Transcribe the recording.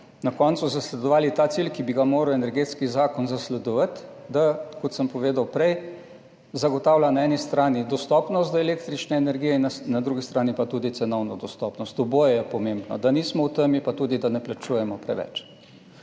na koncu zasledovali ta cilj, ki bi ga moral energetski zakon zasledovati, da kot sem povedal prej, zagotavlja na eni strani dostopnost do električne energije, na drugi strani pa tudi cenovno dostopnost. Oboje je pomembno, da nismo v temi, pa tudi, da ne plačujemo preveč.